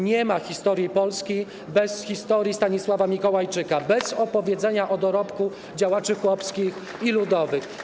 Nie ma historii Polski bez historii Stanisława Mikołajczyka, bez opowiedzenia o dorobku działaczy chłopskich i ludowych.